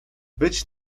być